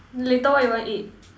later what you want eat